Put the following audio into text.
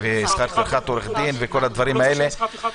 שכר טרחת עורך דין וכל הדברים האלה.